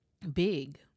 big